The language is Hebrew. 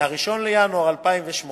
מ-1 בינואר 2008,